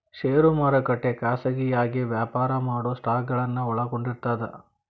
ಷೇರು ಮಾರುಕಟ್ಟೆ ಖಾಸಗಿಯಾಗಿ ವ್ಯಾಪಾರ ಮಾಡೊ ಸ್ಟಾಕ್ಗಳನ್ನ ಒಳಗೊಂಡಿರ್ತದ